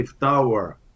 tower